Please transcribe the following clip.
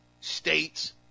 states